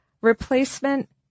replacement